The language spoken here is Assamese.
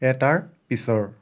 এটাৰ পিছৰ